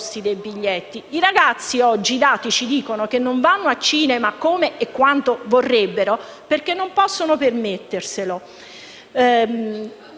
biglietti. Oggi i dati ci dicono che i ragazzi non vanno a cinema come e quanto vorrebbero perché non possono permetterselo.